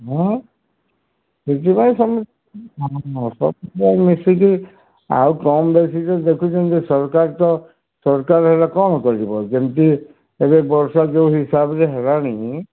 ହୁଁ ସେଥିପାଇଁ ମିଶିକି ଆଉ କମ୍ ବେଶୀ କି ଦେଖୁଛନ୍ତି ସରକାର ତ ସରକାର ହେଲେ କ'ଣ କରିବ ଯେମିତି ଏବେ ବର୍ଷା ଯୋଉ ହିସାବରେ ହେଲାଣି